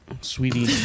Sweetie